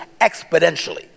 exponentially